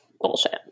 Bullshit